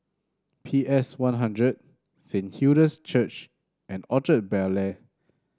P S One Hundred Saint Hilda's Church and Orchard Bel Air